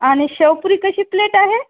आणि शेवपुरी कशी प्लेट आहे